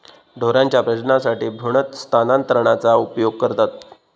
ढोरांच्या प्रजननासाठी भ्रूण स्थानांतरणाचा उपयोग करतत